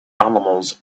animals